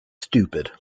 stupid